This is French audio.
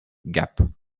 gap